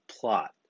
plot